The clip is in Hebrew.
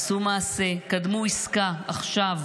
עשו מעשה, קדמו עסקה עכשיו.